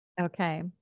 Okay